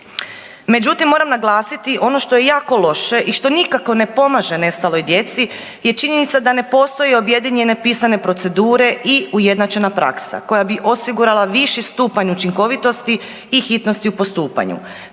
Međutim, moram naglasiti ono što je jako loše i što nikako ne pomaže nestaloj djeci je činjenica da ne postoji objedinjene pisane procedure i ujednačena praksa koja bi osigurala viši stupanj učinkovitosti i hitnosti u postupanju